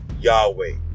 Yahweh